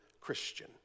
Christian